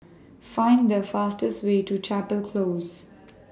Find The fastest Way to Chapel Close